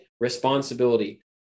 Responsibility